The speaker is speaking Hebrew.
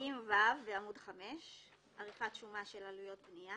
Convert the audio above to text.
עריכת שומה70ו.(א)